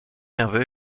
nerveux